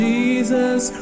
Jesus